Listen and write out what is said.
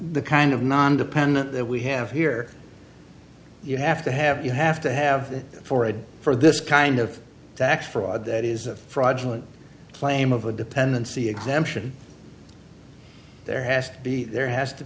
the kind of non dependent that we have here you have to have you have to have that for a for this kind of tax fraud that is a fraudulent claim of a dependency exemption there has to be there has to